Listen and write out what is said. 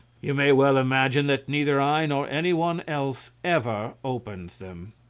you may well imagine that neither i nor any one else ever opens them.